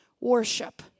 worship